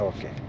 Okay